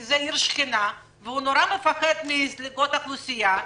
כי זו עיר שכנה והוא נורא מפחד מזליגות אוכלוסייה.